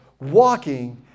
Walking